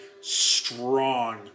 strong